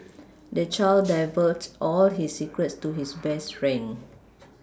the child divulged all his secrets to his best friend